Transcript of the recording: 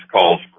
calls